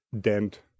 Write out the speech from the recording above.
dent